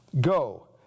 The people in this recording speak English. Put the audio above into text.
Go